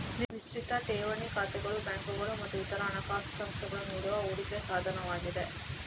ನಿಶ್ಚಿತ ಠೇವಣಿ ಖಾತೆಗಳು ಬ್ಯಾಂಕುಗಳು ಮತ್ತು ಇತರ ಹಣಕಾಸು ಸಂಸ್ಥೆಗಳು ನೀಡುವ ಹೂಡಿಕೆ ಸಾಧನವಾಗಿದೆ